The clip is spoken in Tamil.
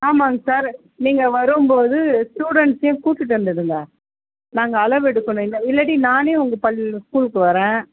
ஆமாங்க சார் நீங்கள் வரும்போது ஸ்டூடண்ட்ஸையும் கூட்டிகிட்டு வந்துவிடுங்க நாங்கள் அளவெடுக்கணும் இல்லை இல்லாட்டி நானே உங்கள் பள் ஸ்கூலுக்கு வரேன்